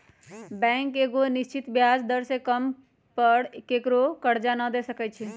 bank एगो निश्चित ब्याज दर से कम पर केकरो करजा न दे सकै छइ